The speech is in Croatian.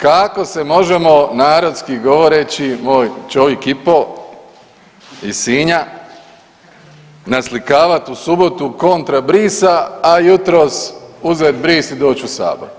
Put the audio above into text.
Kako se možemo narodski govoreći moj čovik i po iz Sinja naslikavat u subotu kontra brisa, a jutros uzet bris i doći u sabor.